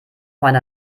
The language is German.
meine